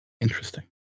interesting